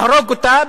להרוג אותה,